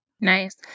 Nice